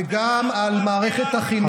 מי זה "שלנו" וגם על מערכת החינוך.